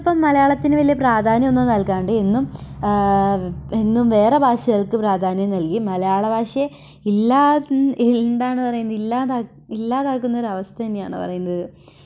ഇന്നിപ്പോൾ മലയാളത്തിന് വലിയ പ്രധാന്യന്നും നൽകാണ്ട് ഇന്നും ഇന്നും വേറെ ഭാഷകൾക്ക് പ്രാധാന്യം നൽകി മലയാളഭാഷയെ ഇല്ല എന്താണ് പറയുന്നത് ഇല്ല ഇല്ലാതാക്കുന്ന ഒരു അവസ്ഥ തന്നെയാണ് പറയുന്നത്